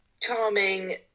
charming